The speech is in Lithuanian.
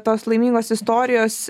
tos laimingos istorijos